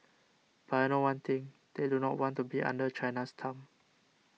but I know one thing they do not want to be under China's thumb